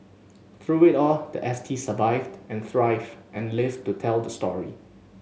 through it all the S T survived and thrived and lived to tell the story